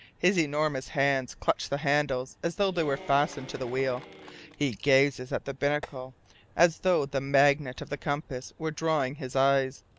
his enormous hands clutch the handles as though they were fastened to the wheel he gazes at the binnacle as though the magnet of the compass were drawing his eyes.